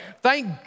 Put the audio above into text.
thank